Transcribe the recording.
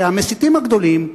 שהמסיתים הגדולים,